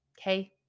Okay